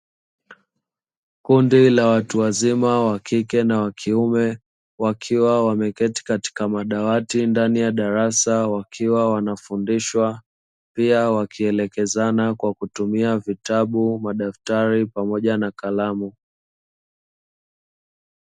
Kundi la watu wazima, wa kike na wa kiume, wakiwa wameketi katika madawati ndani ya darasa wakiwa wanafundishwa, pia wakielekezana kwa kutumia vitabu, madaftari pamoja na kalamu.